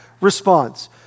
response